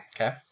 Okay